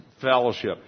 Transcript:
fellowship